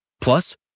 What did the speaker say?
Plus